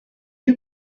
you